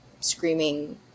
screaming